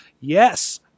Yes